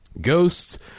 Ghosts